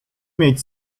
mieć